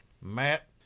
Matt